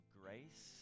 grace